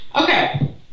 Okay